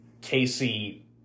Casey